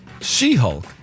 She-Hulk